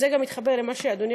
וזה גם מתחבר למה שדיברת,